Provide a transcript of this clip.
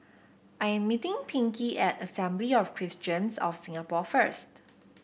I'm meeting Pinkey at Assembly of Christians of Singapore first